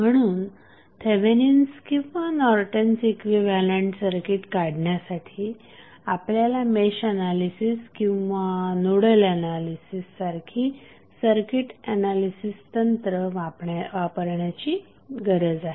म्हणून थेवेनिन्स किंवा Norton's equivalent circuit काढण्यासाठी आपल्याला मेश एनालिसिस किंवा नोडल एनालिसिस सारखी सर्किट एनालिसिस तंत्र वापरण्याची गरज आहे